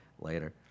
later